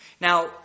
Now